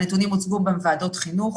והנתונים הוצגו גם בוועדות חינוך.